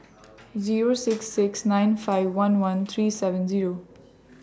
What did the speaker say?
Zero six six nine five one one three seven Zero